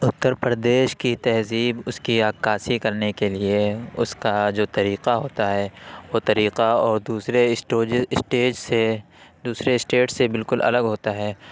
اتر پردیش کی تہذیب اس کی عکاسی کرنے کے لیے اس کا جو طریقہ ہوتا ہے وہ طریقہ اور دوسرے اسٹوج اسٹیج سے دوسرے اسٹیٹ سے بالکل الگ ہوتا ہے